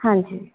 ਹਾਂਜੀ